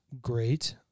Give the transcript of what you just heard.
great